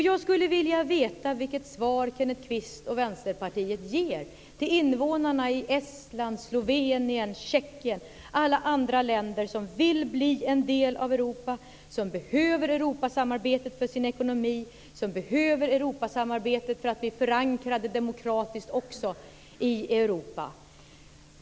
Jag skulle vilja veta vilket svar Kenneth Kvist och Vänsterpartiet ger till invånarna i Estland, Slovenien, Tjeckien och alla andra länder som vill bli en del av Europa, som behöver Europasamarbetet för sin ekonomi och som behöver Europasamarbetet för att också blir demokratiskt förankrade i Europa.